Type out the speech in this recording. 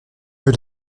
veut